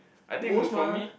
I think for me